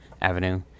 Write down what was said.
avenue